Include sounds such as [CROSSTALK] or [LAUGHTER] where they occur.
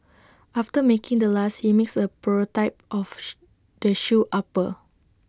after making the last he makes A prototype of [NOISE] the shoe upper